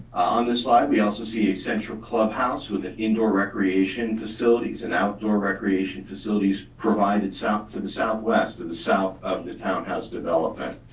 on this slide, we also see a central clubhouse with an indoor recreation facilities and outdoor recreation facilities provided south to the southwest, to the south of the townhouse development.